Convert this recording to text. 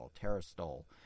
terrestrial